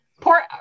poor